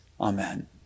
Amen